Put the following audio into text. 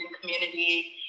community